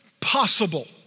possible